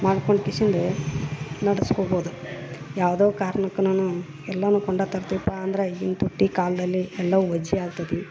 ಮಾಡ್ಕೊಂದ್ ನಡಸ್ಕೋಬೋದು ಯಾವುದೋ ಕಾರ್ಣಕ್ಕುನುನು ಎಲ್ಲಾನು ಕೊಂಡ ತರ್ತೀವಿ ಪಾ ಅಂದ್ರ ಈಗಿನ ತುಟ್ಟಿ ಕಾಲದಲ್ಲಿ ಎಲ್ಲವು ವಜ್ಜಿ ಆಗ್ತತಿ